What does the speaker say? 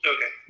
Okay